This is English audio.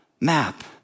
map